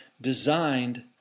designed